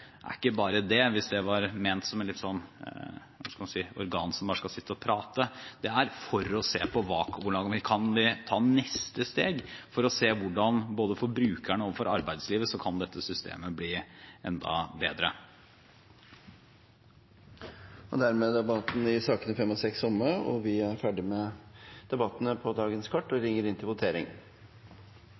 bare det – hvis det var ment som et organ som bare skal sitte og prate. Det er nedsatt for å se på hvordan kan vi ta neste steg for å se hvordan dette systemet kan bli enda bedre både for brukerne og for arbeidslivet. Dermed er debatten i sakene nr. 5 og 6 omme. Under debatten er det satt frem ett forslag. Det er forslag nr. 1, fra Ingvild Kjerkol på vegne av Arbeiderpartiet, Senterpartiet og